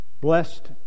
Blessed